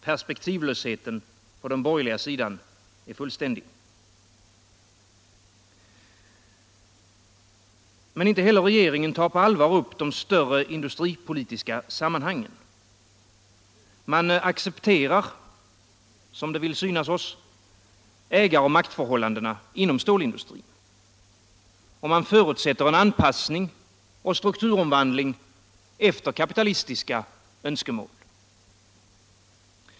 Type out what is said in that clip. Perspektivlösheten på den borgerliga sidan är fullständig. Men inte heller regeringen tar på allvar upp de stora industripolitiska sammanhangen. Man accepterar, som det vill synas oss, ägaroch maktförhållandena inom stålindustrin, och man förutsätter en anpassning och strukturomvandling efter kapitalistiska önskemål.